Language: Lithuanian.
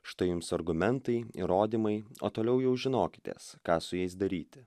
štai jums argumentai įrodymai o toliau jau žinokitės ką su jais daryti